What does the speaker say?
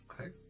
Okay